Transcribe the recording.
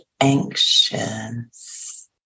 anxious